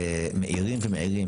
מאירים ומעירים,